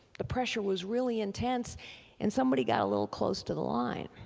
the pressure was really intense and somebody got a little close to the line